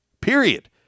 period